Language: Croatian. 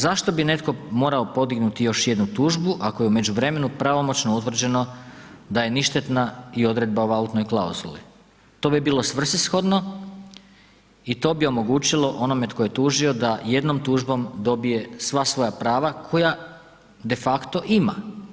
Zašto bi netko morao podignuti još jednu tužbu, ako je u međuvremenu pravomoćno utvrđeno da je ništetna i odredba o valutnoj klauzuli, to bi bilo svrsishodno i to bi omogućilo onome tko je tužio da jednom tužbom dobije sva svoja prava koja defakto ima.